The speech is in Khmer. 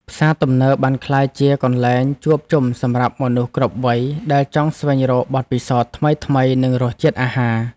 ផ្សារទំនើបបានក្លាយជាកន្លែងជួបជុំសម្រាប់មនុស្សគ្រប់វ័យដែលចង់ស្វែងរកបទពិសោធន៍ថ្មីៗនៃរសជាតិអាហារ។